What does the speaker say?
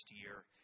year